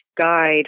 guide